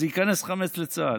אז ייכנס חמץ לצה"ל.